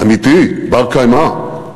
אמיתי ובר-קיימא,